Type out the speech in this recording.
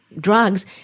drugs